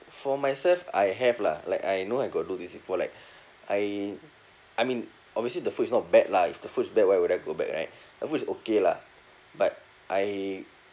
for myself I have lah like I know I got do this before like I I mean obviously the food is not bad lah if the food is bad why would I go back right the food is okay lah but I